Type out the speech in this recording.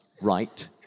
right